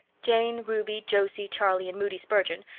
jane, ruby, josie, charlie, and moody spurgeon,